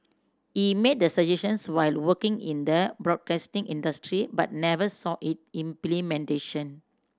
he made the suggestions while working in the broadcasting industry but never saw it implementation